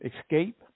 escape